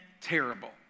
terrible